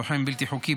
לוחם בלתי חוקי,